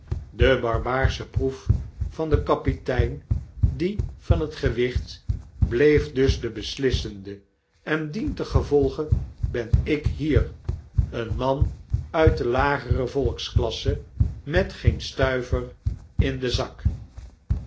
de barbaarsche proef van den kapitein die van het gewicht bleef dus de beslissende en dientengevolge ben ik hier een man uit de lagere volksklasse met geen stuiver in den zak